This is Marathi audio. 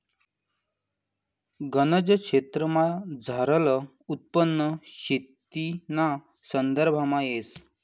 गनज क्षेत्रमझारलं उत्पन्न शेतीना संदर्भामा येस